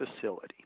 facility